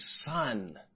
son